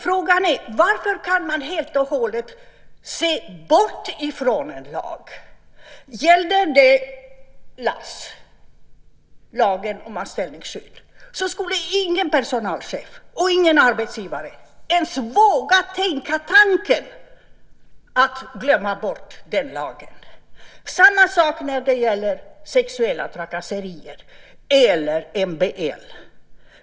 Frågan är: Varför kan man helt och hållet bortse från en lag? Om det gällde LAS, lagen om anställningsskydd, skulle ingen personalchef eller arbetsgivare ens våga tänka tanken att man glömde bort den lagen. Samma sak när det gäller sexuella trakasserier eller MBL.